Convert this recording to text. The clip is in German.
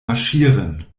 marschieren